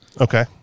okay